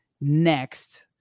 next